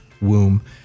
womb